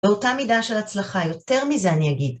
באותה מידה של הצלחה, יותר מזה אני אגיד.